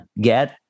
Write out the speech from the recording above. get